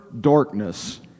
darkness